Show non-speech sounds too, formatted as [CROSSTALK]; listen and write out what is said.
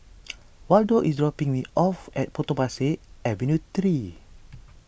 [NOISE] Waldo is dropping me off at Potong Pasir Avenue three [NOISE]